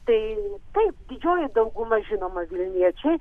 tai taip didžioji dauguma žinoma vilniečiai